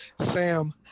Sam